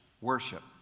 worship